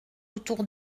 autour